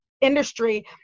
industry